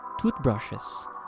toothbrushes